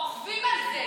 עובדים על זה.